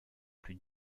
plus